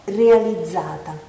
realizzata